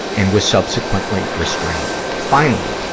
and was subsequently restrained. finally,